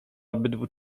obydwu